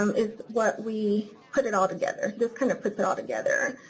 um is what we put it all together. this kind of puts it all together.